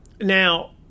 Now